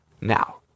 Now